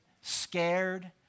scared